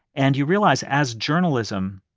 and you realize as journalism,